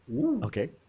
okay